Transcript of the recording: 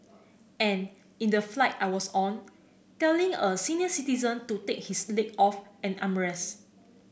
and in the flight I was on telling a senior citizen to take his leg off an armrest